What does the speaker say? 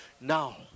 now